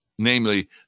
Namely